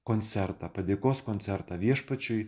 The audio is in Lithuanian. koncertą padėkos koncertą viešpačiui